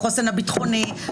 בחוסן הביטחוני,